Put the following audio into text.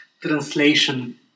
translation